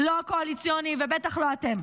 לא הקואליציוני ובטח לא אתם.